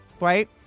right